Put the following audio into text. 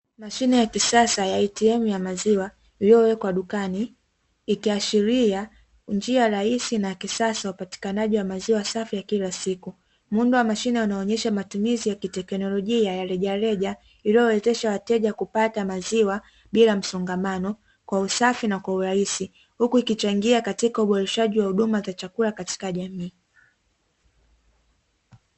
Mashine ya kisasa ya "ATM" ya maziwa iliyowekwa dukani, ikiashiria njia rahisi na ya kisasa ya upatikanaji wa maziwa safi ya kila siku. Muundo wa mashine unaonyesha matumizi ya kiteknolojia ya rejareja iliyowezesha wateja kupata maziwa bila msongamano, kwa usafi na kwa urahisi, huku ikichangia katika uboreshaji wa huduma za chakula katika jamii.